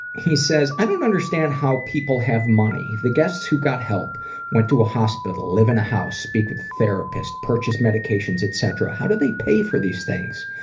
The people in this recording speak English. he says, i don't understand how people have money. the guests who got help went to a hospital, live in a house, speak with a therapist, purchase medications, etc. how do they pay for these things?